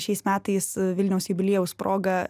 šiais metais vilniaus jubiliejaus proga